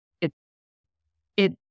it—it